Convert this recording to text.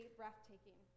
breathtaking